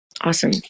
awesome